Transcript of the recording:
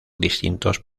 distintos